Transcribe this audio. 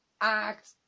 act